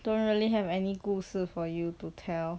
don't really have any 故事 for you to tell